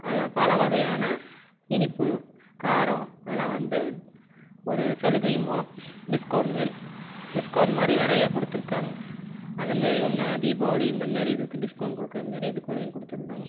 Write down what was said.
அதில் பல வகையான இனிப்பு காரம் அதெல்லாம் வந்து ஒரு சலுகை மூலம் டிஸ்கவுண்ட் மாரி டிஸ்கவுண்ட் மாரி நிறையா கொடுத்துருக்காங்க அந்த மாரி ஒன்று தீபாவளி இந்த மாரி இதுக்கு டிஸ்கவுண்ட் கொடுக்குற மாரி இதுக்குள்ளேயும் கொடுத்துருந்தாங்க